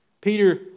Peter